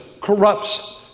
corrupts